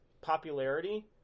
popularity